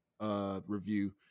review